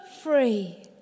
free